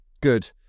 Good